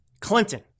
Clinton